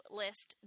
list